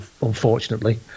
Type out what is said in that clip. unfortunately